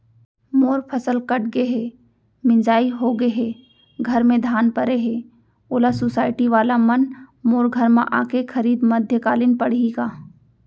मोर फसल कट गे हे, मिंजाई हो गे हे, घर में धान परे हे, ओला सुसायटी वाला मन मोर घर म आके खरीद मध्यकालीन पड़ही का?